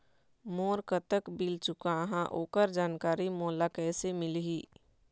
मोर कतक बिल चुकाहां ओकर जानकारी मोला कैसे मिलही?